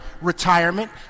retirement